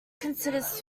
considers